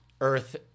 Earth